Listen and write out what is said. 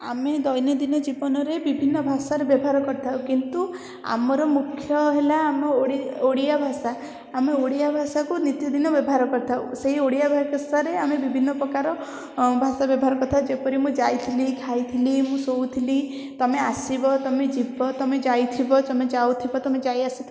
ଆମେ ଦୈନନ୍ଦିନ ଜୀବନରେ ବିଭିନ୍ନ ଭାଷାର ବ୍ୟବହାର କରିଥାଉ କିନ୍ତୁ ଆମର ମୁଖ୍ୟ ହେଲା ଆମ ଓଡ଼ି ଓଡ଼ିଆ ଭାଷା ଆମେ ଓଡ଼ିଆ ଭାଷାକୁ ନୀତି ଦିନ ବ୍ୟବହାର କରିଥାଉ ସେହି ଓଡ଼ିଆ ଭାଷାରେ ଆମେ ବିଭିନ୍ନ ପ୍ରକାର ଭାଷା ବ୍ୟବହାର କରିଥାଉ ଯେପରି ମୁଁ ଯାଇଥିଲି ଖାଇଥିଲି ମୁଁ ଶୋଉଥିଲି ତୁମେ ଆସିବ ତୁମେ ଯିବ ତୁମେ ଯାଇଥିବ ତୁମେ ଯାଉଥିବ ତୁମେ ଯାଇଆସିଥିବ